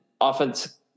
offense